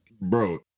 Bro